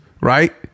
right